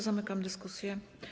Zamykam dyskusję.